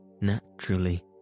naturally